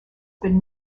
been